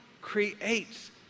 creates